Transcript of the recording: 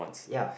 ya